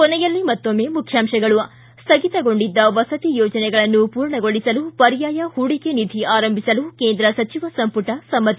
ಕೊನೆಯಲ್ಲಿ ಮತ್ತೊಮ್ಮೆ ಮುಖ್ಯಾಂಶಗಳು ಸ್ವಗಿತಗೊಂಡಿದ್ದ ವಸತಿ ಯೋಜನೆಗಳನ್ನು ಪೂರ್ಣಗೊಳಿಸಲು ಪರ್ಯಾಯ ಹೂಡಿಕೆ ನಿಧಿ ಆರಂಭಿಸಲು ಕೇಂದ್ರ ಸಚಿವ ಸಂಪುಟ ಸಮ್ನತಿ